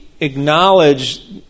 acknowledge